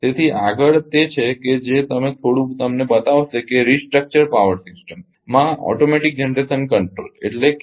તેથી આગળ તે છે કે થોડું તમને બતાવશે કે રિસ્ટ્રક્ચર્ડ પાવર સિસ્ટમ્સમાં automatic generation control automatic generation control એટલે કેi